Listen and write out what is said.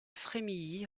frémilly